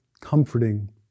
comforting